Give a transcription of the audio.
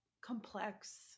complex